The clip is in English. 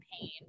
pain